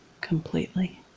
completely